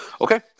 Okay